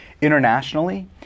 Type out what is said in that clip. Internationally